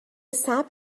صبر